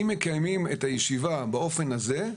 אם מקיימים את הישיבה באופן הזה,